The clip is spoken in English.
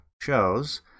shows